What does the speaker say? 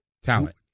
Talent